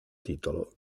titolo